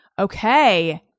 Okay